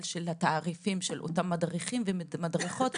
של התעריפים של אותם מדריכים ומדריכות,